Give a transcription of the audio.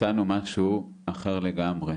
מצאנו משהו אחר לגמרי,